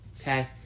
okay